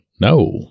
no